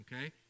okay